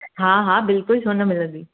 हा हा बिल्कुलु छो न मिलंदी